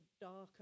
darker